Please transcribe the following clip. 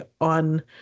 on